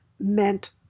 meant